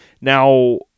Now